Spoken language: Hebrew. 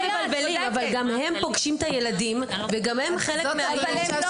גם הן פוגשות את הילדים, וגם הן חלק מהילדים.